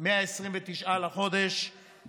מה-29 בחודש החוק